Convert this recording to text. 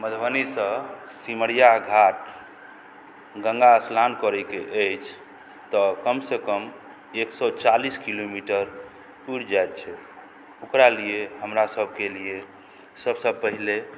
मधुबनीसँ सिमरिया घाट गंगा स्नान करैके अछि तऽ कमसँ कम एक सए चालीस किलोमीटर दूर जाइत छै ओकरा लिए हमरा सभके लिए सभसँ पहिले